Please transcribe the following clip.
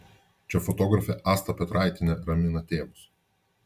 čia fotografė asta petraitienė ramina tėvus